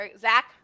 Zach